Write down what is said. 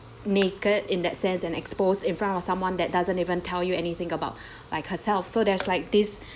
naked in that sense and exposed in front of someone that doesn't even tell you anything about like herself so there's like this